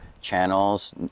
channels